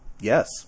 yes